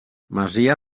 masia